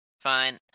Fine